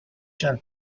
战俘